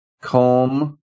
Calm